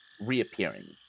reappearing